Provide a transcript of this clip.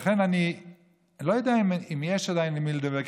לכן אני לא יודע אם יש עדיין למי לדבר,